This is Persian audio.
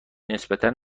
نسبتا